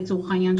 לצורך העניין,